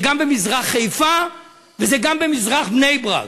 זה גם במזרח חיפה וזה גם במזרח בני-ברק.